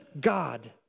God